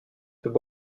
peut